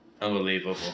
unbelievable